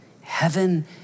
heaven